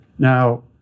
Now